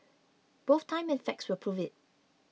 both time and facts will prove it